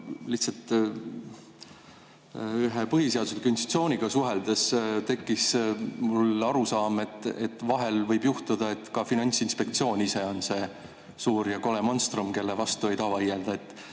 Lihtsalt ühe põhiseadusliku institutsiooniga suheldes tekkis mul arusaam, et vahel võib juhtuda, et ka Finantsinspektsioon ise on see suur ja kole monstrum, kellele vastu ei taha vaielda.